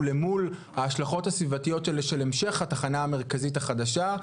ולמול ההשלכות הסביבתיות של המשך התחנה המרכזית החדשה,